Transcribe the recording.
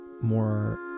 more